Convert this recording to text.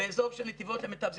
באזור של נתיבות למיטב זכרוני.